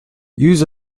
used